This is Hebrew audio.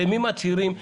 למי מצהירים?